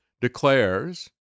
declares